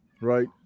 right